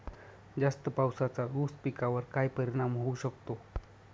जास्त पावसाचा ऊस पिकावर काय परिणाम होऊ शकतो?